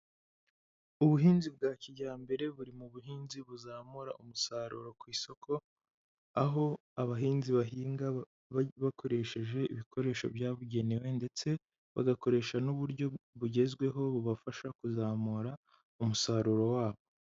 Ubuhinzi bwa kijyambere buri mu buhinzi buzamura umusaruro ku isoko, aho abahinzi bahinga bakoresheje ibikoresho byabugenewe ndetse bagakoresha n'uburyo bugezweho bubafasha kuzamura umusaruro wabo.